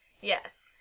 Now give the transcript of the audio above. Yes